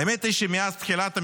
האמת היא שמאז תחילת המלחמה,